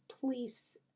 please